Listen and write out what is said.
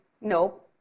No